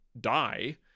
die